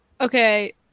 Okay